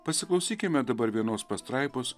pasiklausykime dabar vienos pastraipos